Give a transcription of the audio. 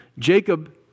Jacob